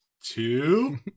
two